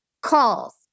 calls